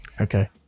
okay